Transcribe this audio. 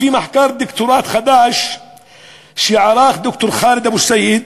לפי מחקר דוקטורט חדש שערך ד"ר ח'אלד אבו סעיד,